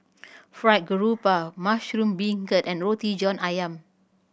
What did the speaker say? Fried Garoupa mushroom beancurd and Roti John Ayam